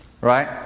Right